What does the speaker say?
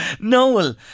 Noel